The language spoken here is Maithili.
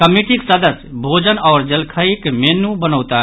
कमिटीक सदस्य भोजन आओर जलखइक मेन्यू बनौताह